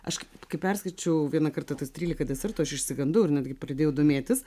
aš kai perskaičiau vieną kartą tas trylika desertų aš išsigandau ir netgi pradėjau domėtis